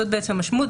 זאת בעצם המשמעות,